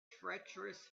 treacherous